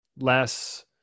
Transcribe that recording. less